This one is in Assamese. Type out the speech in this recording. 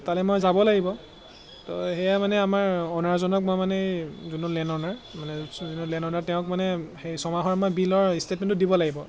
তালৈ মই যাব লাগিব তো সেয়ে মানে আমাৰ অ'নাৰজনক মই মানে এই যোনটো লেণ্ড অ'নাৰ মানে যোনটো লেণ্ড অ'নাৰ তেওঁক মানে সেই ছমাহৰ মই বিলৰ ষ্টেটমেণ্টটো দিব লাগিব